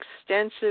extensive